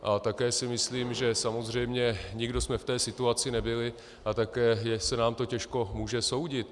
A také si myslím, že samozřejmě nikdo jsme v té situaci nebyli, a také se nám to těžko může soudit.